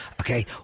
Okay